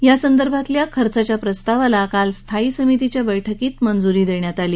यासंदर्भातील खर्चाच्या प्रस्तावाला काल स्थायी समितीच्या बळ्कीत मंजूरी देण्यात आली